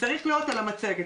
מה שקרה בצהרונים,